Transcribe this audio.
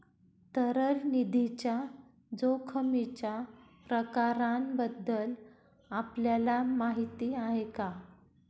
तरल निधीच्या जोखमीच्या प्रकारांबद्दल आपल्याला माहिती आहे का?